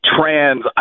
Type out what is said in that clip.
trans